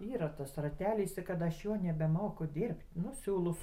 yra tas ratelis tik kad aš jo nebemoku dirbt nu siūlus